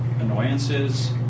annoyances